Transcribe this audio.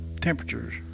temperatures